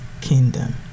kingdom